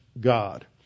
God